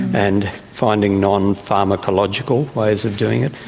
and finding nonpharmacological ways of doing it.